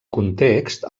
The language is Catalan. context